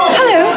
Hello